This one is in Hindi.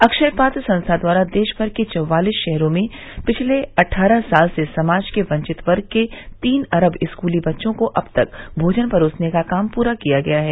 अक्षय पात्र संस्था द्वारा देश भर के चौवालीस शहरों में पिछले अट्ठारह साल से समाज के वंचित वर्ग के तीन अरब स्कूली बच्चों को अब तक भोजन परोसने का काम पूरा किया गया है